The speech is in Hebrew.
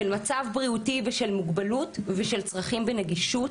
של מצב בריאותי ושל מוגבלות ושל צרכים בנגישות.